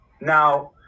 now